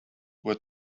what